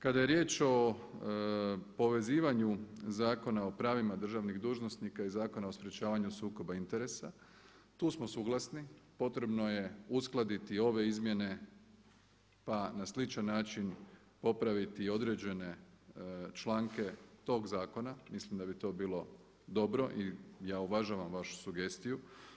Kada je je riječ o povezivanju zakona o pravima državnih dužnosnika i Zakona o sprječavanju sukoba interesa tu smo suglasni, potrebno je uskladiti ove izmjene pa na sličan način popraviti i određene članke tog zakona, mislim da bi to bilo dobro i ja uvažavam vašu sugestiju.